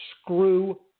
screw